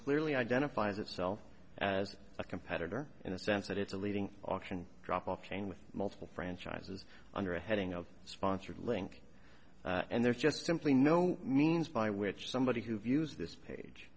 clearly identifies itself as a competitor in the sense that it's a leading auction drop off chain with multiple franchises under a heading of sponsored link and there's just simply no means by which somebody who views this page